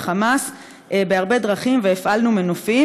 ל"חמאס" בהרבה דרכים והפעלנו מנופים.